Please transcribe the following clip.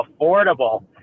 Affordable